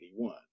1981